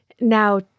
Now